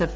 F